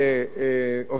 אובדן להלכה.